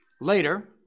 Later